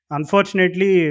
Unfortunately